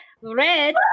red